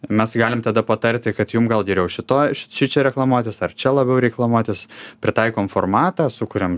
mes galim tada patarti kad jum gal geriau šitoj ši šičia reklamuotis ar čia labiau reklamuotis pritaikom formatą sukuriam